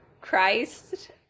Christ